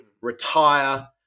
retire